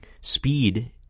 Speed